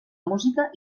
música